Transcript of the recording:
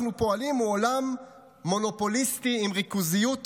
פועלים הוא עולם מונופוליסטי עם ריכוזיות חריגה.